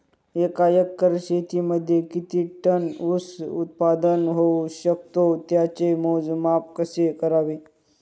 एका एकर शेतीमध्ये किती टन ऊस उत्पादन होऊ शकतो? त्याचे मोजमाप कसे करावे?